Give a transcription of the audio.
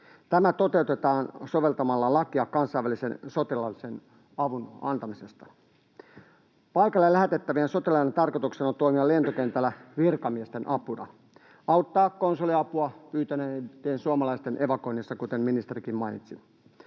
Tämä toteutetaan soveltamalla lakia kansainvälisen sotilaallisen avun antamisesta. Paikalle lähetettävien sotilaiden tarkoituksena on toimia lentokentällä virkamiesten apuna, auttaa konsuliapua pyytäneiden suomalaisten evakuoinnissa, kuten ministerikin mainitsi.